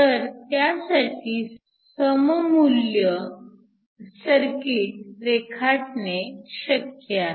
तर त्यासाठी सममुल्य सर्किट रेखाटणे शक्य आहे